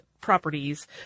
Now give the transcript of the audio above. properties